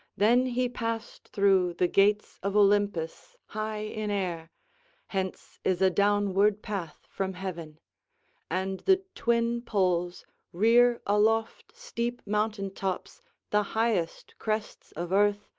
then he passed through the gates of olympus high in air hence is a downward path from heaven and the twin poles rear aloft steep mountain tops the highest crests of earth,